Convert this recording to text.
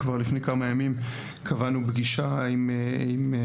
כבר לפני כמה ימים קבענו פגישה עם ורד,